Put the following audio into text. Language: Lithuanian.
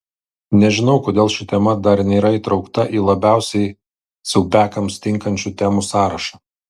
nežinau kodėl ši tema dar nėra įtraukta į labiausiai siaubiakams tinkančių temų sąrašą